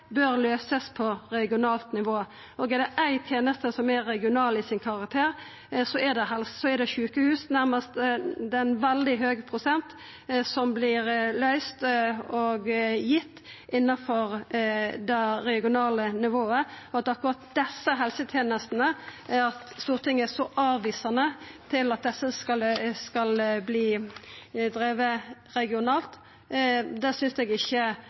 bør løses på regionalt nivå.» Er det ei teneste som er regional i sin karakter, så er det sjukehus; det er ein veldig høg prosent som vert løyst og gitt innanfor det regionale nivået. At Stortinget er så avvisande til at akkurat desse helsetenestene skal verta drivne regionalt, synest eg ikkje